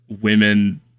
women